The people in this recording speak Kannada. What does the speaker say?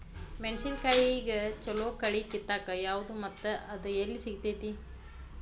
ಮೆಣಸಿನಕಾಯಿಗ ಛಲೋ ಕಳಿ ಕಿತ್ತಾಕ್ ಯಾವ್ದು ಮತ್ತ ಅದ ಎಲ್ಲಿ ಸಿಗ್ತೆತಿ?